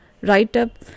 write-up